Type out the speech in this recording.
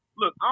look